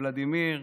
ולדימיר,